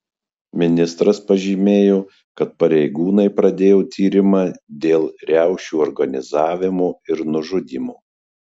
ministras pažymėjo kad pareigūnai pradėjo tyrimą dėl riaušių organizavimo ir nužudymo